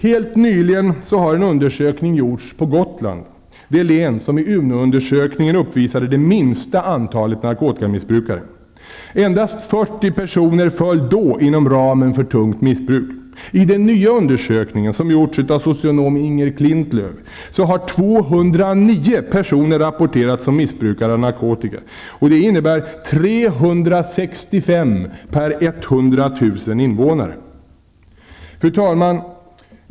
Helt nyligen har en undersökning gjorts på Endast 40 personer föll då inom ramen för tungt missbruk. I den nya undersökningen, som gjorts av socionom Inger Klintlöf, har 209 personer rapporterats som missbrukare av narkotika, vilket innebär 365 per 100 000 invånare. Fru talman!